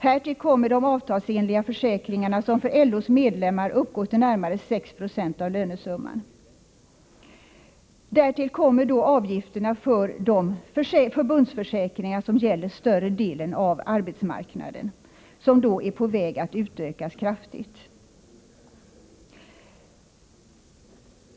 Härtill kommer de avtalsenliga försäkringarna som för LO:s medlemmar uppgår till närmare 6 70 av lönesumman samt de förbundsförsäkringar som gäller större delen av arbetsmarknaden och som är på väg att utökas kraftigt.